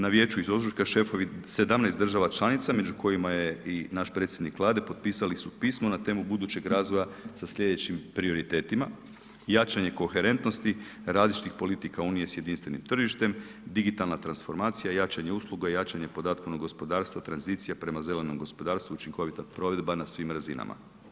Na vijeću iz ožujka šefovi 17 država članica među kojima je i naš predsjednik Vlade, potpisali su pismo na temu budućeg razvoja sa slijedećim prioritetima, jačanje koherentnosti različitih politika Unije s jedinstvenim tržištem, digitalna transformacija, jačanje usluga, jačanje … [[Govornik se ne razumije]] gospodarstva, tranzicija prema zelenom gospodarstvu, učinkovita provedba na svim razinama.